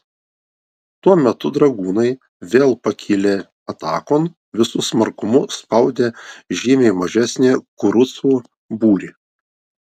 tuo metu dragūnai vėl pakilę atakon visu smarkumu spaudė žymiai mažesnį kurucų būrį